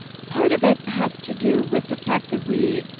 part of it has to do with the fact that we,